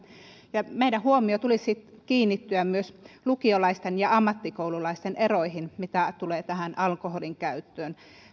meidän huomiomme tulisi kiinnittyä myös lukiolaisten ja ammattikoululaisten eroihin mitä tulee alkoholinkäyttöön